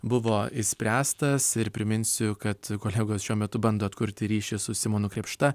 buvo išspręstas ir priminsiu kad kolegos šiuo metu bando atkurti ryšį su simonu krėpšta